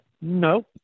No